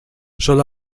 sólo